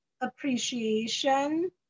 appreciation